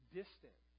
distant